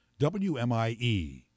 WMIE